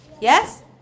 Yes